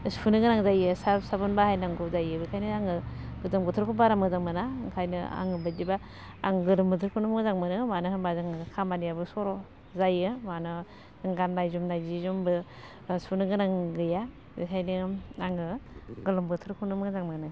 सुनो गोनां जायो स्राब साबोन बाहायनांगौ जायो बेखायनो आङो गोजां बोथोरखौ बारा मोजां मोना ओंखायनो आंनि बादिबा आं गोलोम बोथोरखौनो मोजां मोनो मानो होनबा जों खामानियाबो सर' जायो मानो गान्नाय जोमनाय जि जोमबो सुनो गोनां गैया बेखायनो आङो गोलोम बोथोरखौनो मोजां मोनो